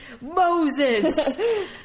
Moses